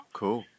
cool